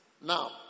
Now